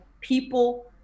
people